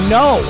no